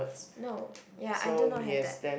no ya I do not have that